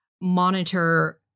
monitor